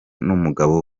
n’umugabo